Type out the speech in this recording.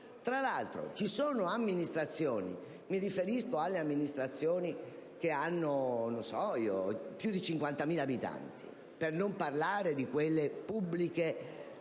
Tra l'altro, vi sono amministrazioni (e mi riferisco ad amministrazioni che hanno più di 50.000 abitanti, per non parlare di quelle pubbliche, statali